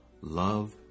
Love